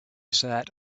sat